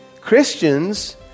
Christians